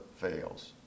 fails